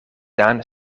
daan